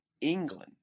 England